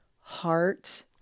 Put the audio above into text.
heart